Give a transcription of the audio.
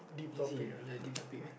easy lah I like this topic man